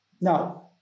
Now